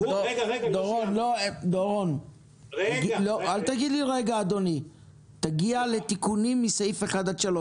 דורון, תגיע לתיקונים מסעיף 1 עד 3,